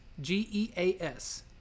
g-e-a-s